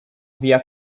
via